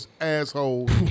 assholes